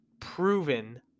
proven